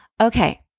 Okay